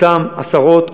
אותם עשרות,